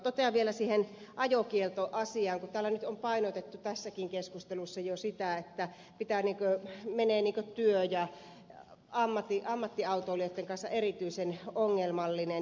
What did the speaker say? totean vielä siihen ajokieltoasiaan kun täällä on nyt painotettu tässäkin keskustelussa jo sitä että menee työ ja ammattiautoilijoiden kanssa erityisen ongelmalliseksi